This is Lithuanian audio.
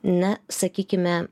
na sakykime